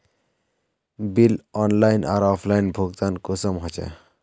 Bill online आर offline भुगतान कुंसम होचे?